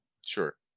Sure